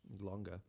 Longer